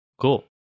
cool